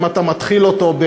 אם אתה מתחיל אותו,